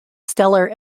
stellar